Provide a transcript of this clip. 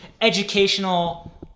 educational